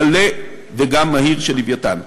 מלא וגם מהיר של "לווייתן".